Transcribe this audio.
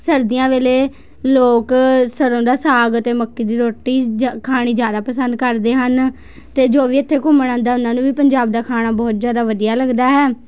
ਸਰਦੀਆਂ ਵੇਲੇ ਲੋਕ ਸਰ੍ਹੋਂ ਦਾ ਸਾਗ ਅਤੇ ਮੱਕੀ ਦੀ ਰੋਟੀ ਜ ਖਾਣੀ ਜ਼ਿਆਦਾ ਪਸੰਦ ਕਰਦੇ ਹਨ ਅਤੇ ਜੋ ਵੀ ਇੱਥੇ ਘੁੰਮਣ ਆਉਂਦਾ ਉਹਨਾਂ ਨੂੰ ਵੀ ਪੰਜਾਬ ਦਾ ਖਾਣਾ ਬਹੁਤ ਜ਼ਿਆਦਾ ਵਧੀਆ ਲੱਗਦਾ ਹੈ